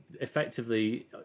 effectively